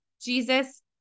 Jesus